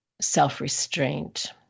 self-restraint